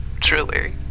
truly